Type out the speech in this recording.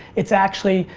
it's actually,